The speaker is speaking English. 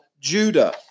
Judah